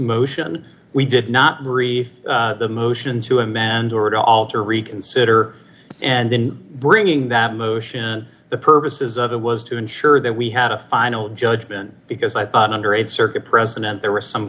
motion we did not agree the motion to amend or to alter reconsider and then bringing that motion and the purposes of that was to ensure that we had a final judgment because i thought under a circuit president there was some